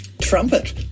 trumpet